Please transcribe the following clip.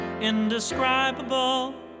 indescribable